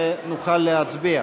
ונוכל להצביע.